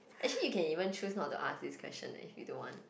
actually you can even choose not to ask this question if you don't want